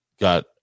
Got